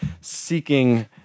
seeking